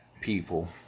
people